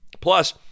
Plus